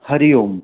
हरिः ओम्